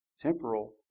Temporal